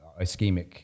ischemic